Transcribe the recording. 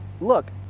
look